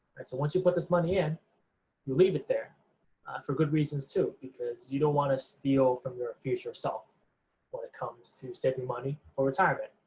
so once you put this money in, you leave it there for good reasons too, because you don't want to steal from your future self when it comes to saving money for retirement.